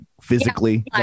physically